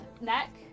neck